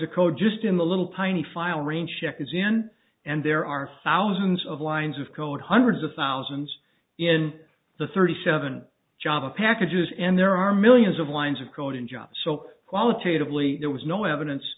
of code just in the little tiny file raincheck is in and there are thousands of lines of code hundreds of thousands in the thirty seven job of packages and there are millions of lines of code in jobs so qualitatively there was no evidence